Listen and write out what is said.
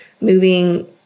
moving